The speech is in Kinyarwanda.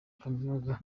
kaminuza